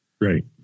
Right